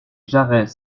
jarrets